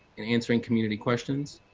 and answering community questions.